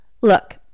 Look